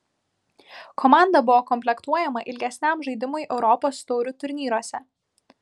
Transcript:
komanda buvo komplektuojama ilgesniam žaidimui europos taurių turnyruose